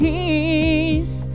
Peace